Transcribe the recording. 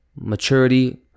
maturity